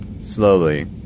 slowly